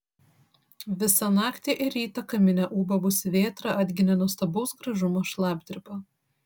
visą naktį ir rytą kamine ūbavusi vėtra atginė nuostabaus gražumo šlapdribą